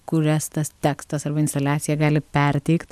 kurias tas tekstas arba instaliacija gali perteikt